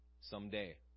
someday